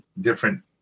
different